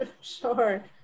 Sure